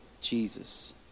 jesus